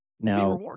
Now